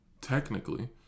technically